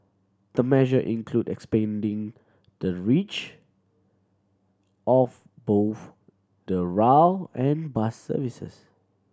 the measure include expanding the reach of both the rail and bus services